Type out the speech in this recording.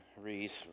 Reese